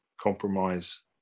compromise